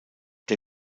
der